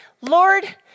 Lord